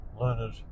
learned